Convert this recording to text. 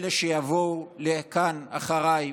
אלה שיבוא לכאן אחריי,